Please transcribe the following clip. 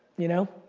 you know.